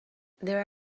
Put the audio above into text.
there